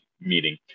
meeting